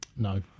No